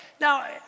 Now